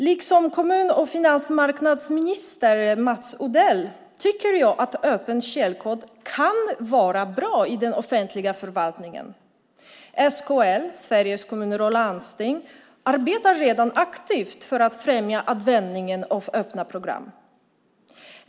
Liksom kommun och finansmarknadsminister Mats Odell tycker jag att öppen källkod kan vara bra i den offentliga förvaltningen. SKL - Sveriges Kommuner och Landsting - arbetar redan aktivt för att främja användningen av öppna program.